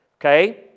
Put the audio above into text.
okay